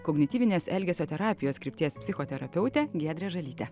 kognityvinės elgesio terapijos krypties psichoterapeutė giedrė žalytė